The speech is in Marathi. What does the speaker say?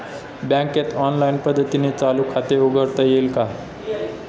बँकेत ऑनलाईन पद्धतीने चालू खाते उघडता येईल का?